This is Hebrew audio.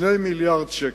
2 מיליארדי שקלים.